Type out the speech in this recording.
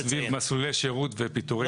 -- סביב מסלולי שירות ופיטורי שוטרים.